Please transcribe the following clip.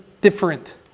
different